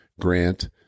Grant